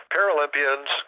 Paralympians